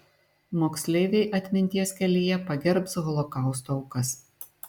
moksleiviai atminties kelyje pagerbs holokausto aukas